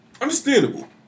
Understandable